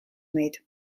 meid